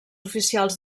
oficials